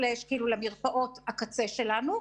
למרפאות הקצה שלנו,